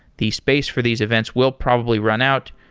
the space for these events will probably run out,